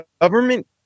government